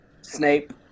Snape